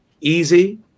easy